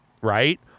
right